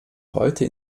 heute